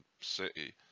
City